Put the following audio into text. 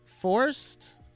forced